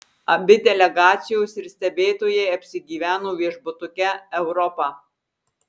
abi delegacijos ir stebėtojai apsigyveno viešbutuke europa